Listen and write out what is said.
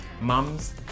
Mums